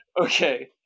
okay